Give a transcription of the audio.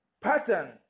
pattern